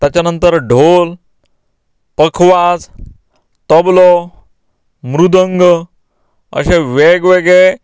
ताच्या नंतर ढोल पखवाज तबलो मृदंग अशे वेगवेगळे